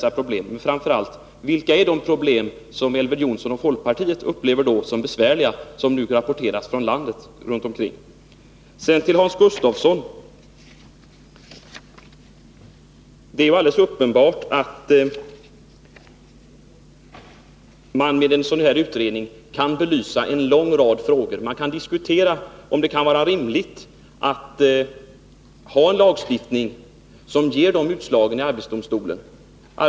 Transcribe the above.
Framför allt vill jag ha svar på frågan: Vilka är de problem som Elver Jonsson och folkpartiet upplever som besvärliga och som nu rapporteras från olika håll i landet? Sedan till Hans Gustafsson. Det är alldeles uppenbart att en sådan här utredning kan belysa en lång rad frågor. I en sådan utredning kan man diskutera om det kan vara rimligt att ha en lagstiftning som ger de nämnda utslagen i arbetsdomstolen.